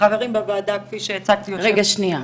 רגע שנייה,